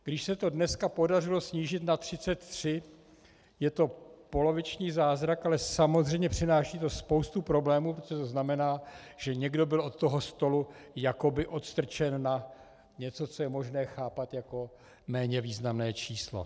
Když se to dneska podařilo snížit na 33, je to poloviční zázrak, ale samozřejmě přináší to spoustu problémů, protože to znamená, že někdo byl od toho stolu jakoby odstrčen na něco, co je možné chápat jako méně významné číslo.